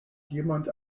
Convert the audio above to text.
jemand